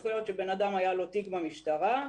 יכול להיות שלאדם היה תיק במשטרה,